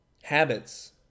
habits